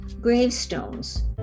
gravestones